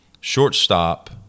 shortstop